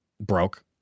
broke